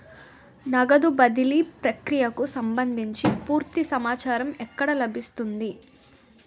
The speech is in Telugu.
నగదు బదిలీ ప్రక్రియకు సంభందించి పూర్తి సమాచారం ఎక్కడ లభిస్తుంది?